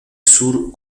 sur